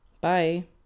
bye